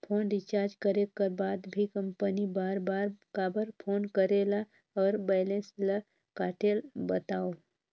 Phone recharge करे कर बाद भी कंपनी बार बार काबर फोन करेला और बैलेंस ल काटेल बतावव?